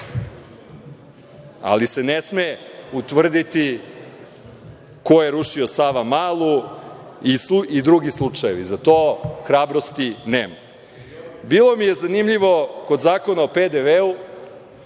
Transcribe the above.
Ali, ne sme se utvrditi ko je rušio Savamalu i drugi slučajevi, za to hrabrosti nema. Bilo mi je zanimljivo kod Zakona o PDV-u,